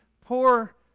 poor